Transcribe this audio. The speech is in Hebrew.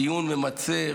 דיון ממצה,